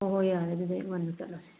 ꯍꯣꯍꯣꯏ ꯌꯥꯔꯦ ꯑꯗꯨꯗꯤ ꯑꯌꯨꯛ ꯉꯟꯅ ꯆꯠꯂꯁꯤ